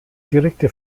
direkte